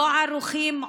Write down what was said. לא ערוכים,